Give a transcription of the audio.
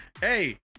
Hey